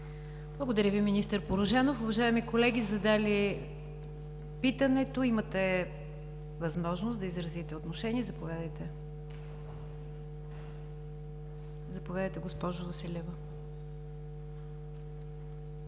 Благодаря Ви, министър Порожанов. Уважаеми колеги, задали питането, имате възможност да изразите отношение. Заповядайте, госпожо Василева.